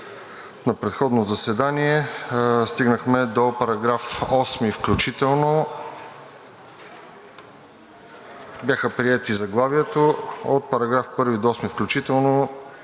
На предходно заседание стигнахме до § 8 включително. Бяха приети заглавието и § 1 –§ 8 включително.